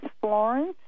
Florence